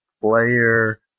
player